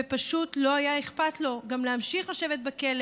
ופשוט לא היה אכפת לו גם להמשיך לשבת בכלא